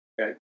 okay